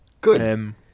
Good